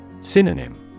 Synonym